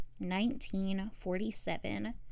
1947